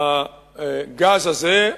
הגז הזה,